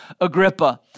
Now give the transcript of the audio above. Agrippa